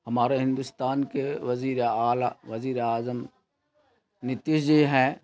ہمارے ہندوستان کے وزیر اعلیٰ وزیر اعظم نتیش جی ہیں